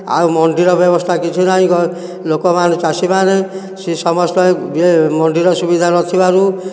ଆଉ ମଣ୍ଡିର ବ୍ୟବସ୍ଥା କିଛି ନାହିଁ ଲୋକ ମାନେ ଚାଷୀ ମାନେ ସେ ସମସ୍ତେ ଇଏ ମଣ୍ଡିର ସୁବିଧା ନ ଥିବାରୁ